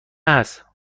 هست